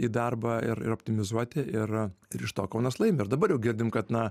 į darbą ir ir optimizuoti ir ir iš to kaunas laimi ir dabar jau girdim kad na